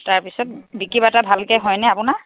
তাৰপিছত বিক্ৰী বাৰ্তা ভালকৈ হয়নে আপোনাৰ